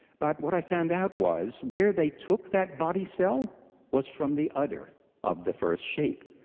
but what i found out was where they took that body cell was from the udder of the first sheep,